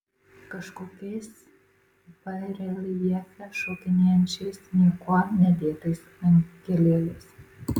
kažkokiais bareljefe šokinėjančiais niekuo nedėtais angelėliais